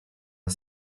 are